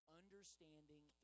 understanding